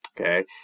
Okay